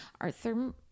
Arthur